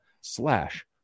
slash